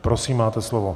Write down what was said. Prosím máte slovo.